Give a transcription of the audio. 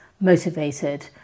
motivated